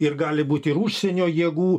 ir gali būti ir užsienio jėgų